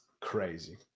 crazy